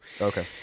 okay